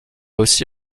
aussi